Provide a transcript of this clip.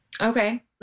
Okay